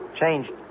Changed